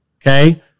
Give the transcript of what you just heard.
okay